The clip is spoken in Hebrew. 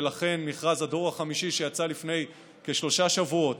ולכן מכרז הדור החמישי שיצא לפני כשלושה שבועות